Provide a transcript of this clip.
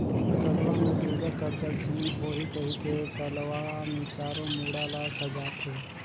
तलवा में बेजा कब्जा झेन होहि कहिके तलवा मे चारों मुड़ा ल सजाथें